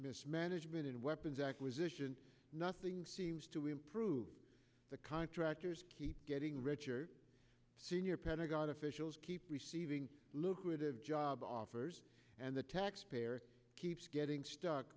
mismanagement in weapons acquisition nothing seems to improve the contractors keep getting richer senior pentagon officials keep receiving lucrative job offers and the taxpayer keeps getting stuck